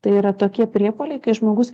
tai yra tokie priepuoliai kai žmogus